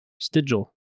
stigil